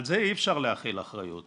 על זה אי אפשר להחיל אחריות,